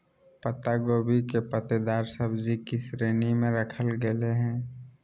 पत्ता गोभी के पत्तेदार सब्जि की श्रेणी में रखल गेले हें